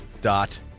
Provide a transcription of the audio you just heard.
dot